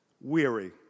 weary